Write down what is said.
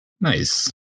nice